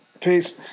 Peace